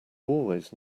always